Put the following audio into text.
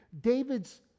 David's